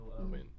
win